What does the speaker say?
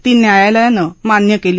ती न्यायालयानं मान्य केली